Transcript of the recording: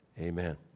amen